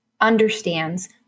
understands